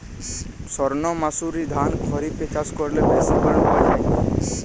সর্ণমাসুরি ধান খরিপে চাষ করলে বেশি ফলন পাওয়া যায়?